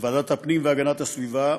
ולוועדת הפנים והגנת הסביבה